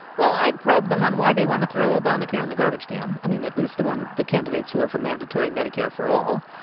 well, i'd probe them on why they want to throw obamacare in the garbage can i mean, at least the one the candidates candidates who are for mandatory medicare for all.